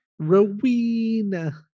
Rowena